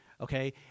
Okay